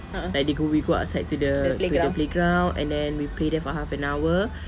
like they go we go outside to the to the playground and then we play there for half an hour